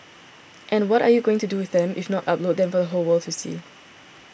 and what are you going to do with them if not upload them for the whole world to see